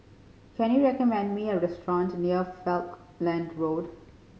can you recommend me a restaurant near Falkland Road